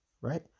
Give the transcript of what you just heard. right